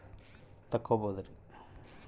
debit card ಇಂದ ATM ದಾಗ ರೊಕ್ಕ ತೆಕ್ಕೊಬೋದು